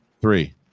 three